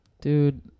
dude